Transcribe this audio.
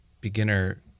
beginner